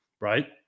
right